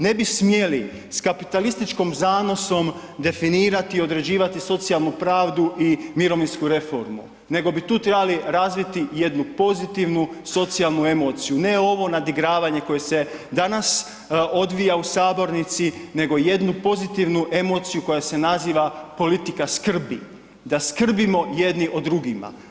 Ne bi smjeli sa kapitalističkim zanosom definirati, određivati socijalnu pravdu i mirovinsku reformu nego bi tu trebali razviti jednu pozitivnu socijalnu emociju, ne ovo nadigravanje koje se danas odvija u sabornici nego jednu pozitivnu emociju koja se naziva politika skrbi, da skrbimo jedni o drugima.